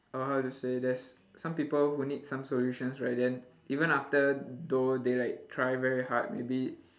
uh how to say there's some people who need some solutions right then even after though they like try very hard maybe